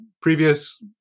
previous